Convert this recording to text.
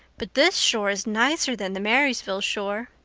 but this shore is nicer than the marysville shore.